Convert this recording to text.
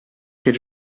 quel